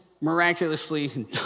miraculously